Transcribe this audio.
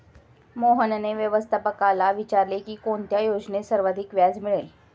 मोहनने व्यवस्थापकाला विचारले की कोणत्या योजनेत सर्वाधिक व्याज मिळेल?